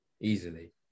Easily